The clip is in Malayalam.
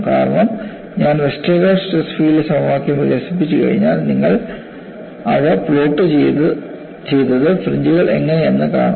കാരണം ഞാൻ വെസ്റ്റർഗാർഡ് സ്ട്രെസ് ഫീൽഡ് സമവാക്യം വികസിപ്പിച്ചുകഴിഞ്ഞാൽ നിങ്ങൾ അവ പ്ലോട്ട് ചെയ്ത് ഫ്രിഞ്ച്കൾ എങ്ങനെയെന്ന് കാണും